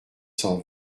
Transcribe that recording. cent